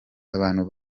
abantu